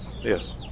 Yes